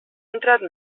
entrat